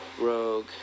Rogue